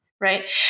right